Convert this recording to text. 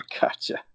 Gotcha